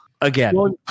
again